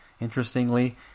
Interestingly